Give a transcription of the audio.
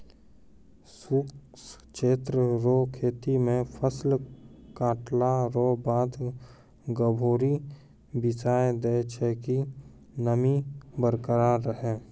शुष्क क्षेत्र रो खेती मे फसल काटला रो बाद गभोरी बिसाय दैय छै कि नमी बरकरार रहै